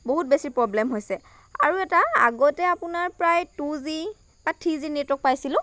বহুত বেছি প্ৰব্লেম হৈছে আৰু এটা আগতে আপোনাৰ প্ৰায় টু জি বা থ্ৰি জি নেটৱৰ্ক পাইছিলোঁ